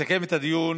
יסכם את הדיון